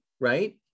right